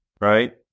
right